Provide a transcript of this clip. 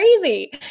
crazy